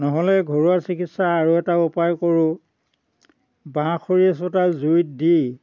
নহ'লে ঘৰুৱা চিকিৎসা আৰু এটা উপায় কৰোঁ বাঁহ খৰি এচটা জুইত দি